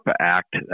Act